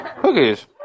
cookies